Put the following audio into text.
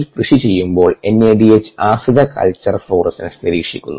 coli കൃഷി ചെയ്യുമ്പോൾ NADH ആശ്രിത കൾച്ചർ ഫ്ലൂറസെൻസ് നിരീക്ഷിക്കുന്നു